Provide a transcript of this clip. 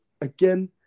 again